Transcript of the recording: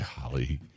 Golly